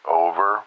over